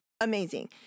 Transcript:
Amazing